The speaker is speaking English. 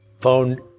found